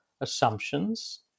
assumptions